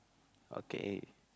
okay